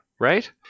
Right